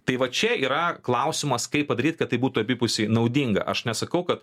tai va čia yra klausimas kaip padaryt kad tai būtų abipusiai naudinga aš nesakau kad